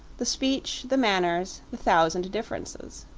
the speech, the manners, the thousand differences.